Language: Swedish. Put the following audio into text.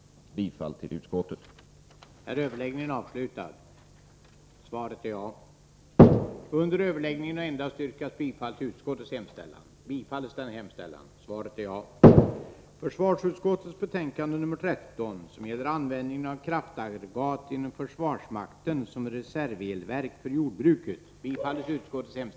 Jag yrkar bifall till utskottets hemställan.